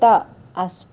ता आस